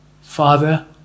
Father